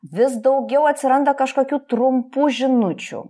vis daugiau atsiranda kažkokių trumpų žinučių